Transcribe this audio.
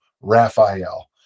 raphael